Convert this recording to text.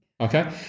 Okay